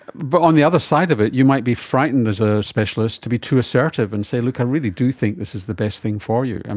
but on the other side of it you might be frightened as a specialist to be too assertive and say, look, i really do think this is the best thing for you. and